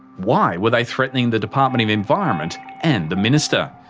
why were they threatening the department of environment and the minister?